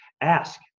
ask